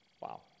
Wow